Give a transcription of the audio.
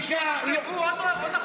תפסיקו עם זה כבר.